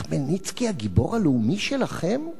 חמלניצקי הגיבור הלאומי שלכם?